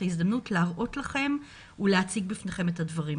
ההזדמנות להראות לכם ולהציג בפניכם את הדברים.